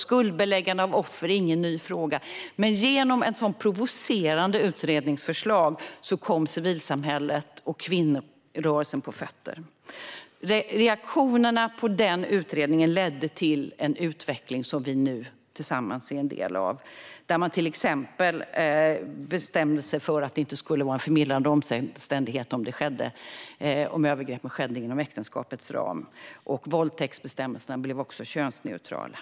Skuldbeläggande av offer är alltså inget nytt, men genom ett sådant provocerande utredningsförslag kom civilsamhället och kvinnorörelsen på fötter. Reaktionerna på den utredningen ledde till den utveckling som vi nu tillsammans är en del av. Till exempel bestämde man att det inte skulle vara en förmildrande omständighet om övergreppet skedde inom äktenskapets ram. Våldtäktsbestämmelserna blev också könsneutrala.